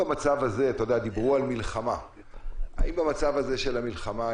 דיברו על מלחמה; האם במצב הזה של מלחמה,